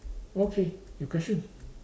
okay your question